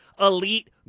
elite